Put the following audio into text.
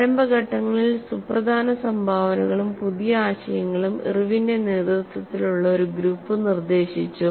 പ്രാരംഭ ഘട്ടങ്ങളിൽ സുപ്രധാന സംഭാവനകളും പുതിയ ആശയങ്ങളും ഇർവിന്റെ നേതൃത്വത്തിലുള്ള ഒരു ഗ്രൂപ്പ് നിർദ്ദേശിച്ചു